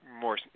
more